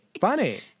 funny